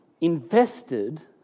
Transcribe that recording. invested